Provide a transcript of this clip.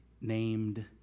named